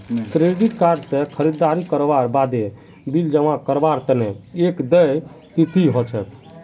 credit card स खरीददारी करवार बादे बिल जमा करवार तना एक देय तिथि ह छेक